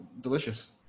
delicious